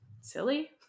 silly